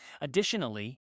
Additionally